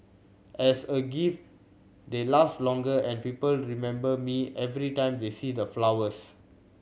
as a gift they last longer and people remember me every time they see the flowers